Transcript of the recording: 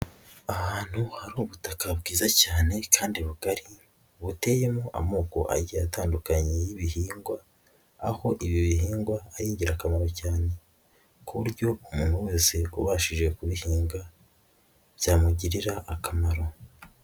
Ahantu hari ubutaka bwiza cyane kandi bugari buteyemo amoko ajya atandukanye y'ibihingwa, aho ibi bihingwa ari ingirakamaro cyane, ku buryo umuntu wese ubashije kubihinga, byamugirira akamaro.